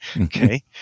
Okay